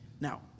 Now